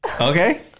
Okay